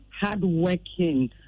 hardworking